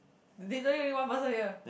they doing only one person here